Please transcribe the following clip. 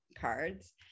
cards